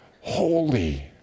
holy